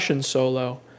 solo